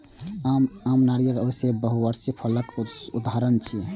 आम, नारियल आ सेब बहुवार्षिक फसलक उदाहरण छियै